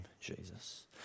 Jesus